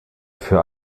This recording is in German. für